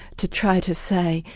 to try to say,